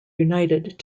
united